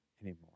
anymore